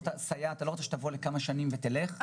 הרי את לא רוצה שהסייעת תבוא לכמה שנים ואז תלך.